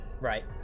Right